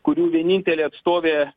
kurių vienintelė atstovė